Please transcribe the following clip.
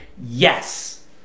Yes